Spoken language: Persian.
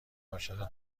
عاشق